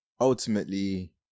ultimately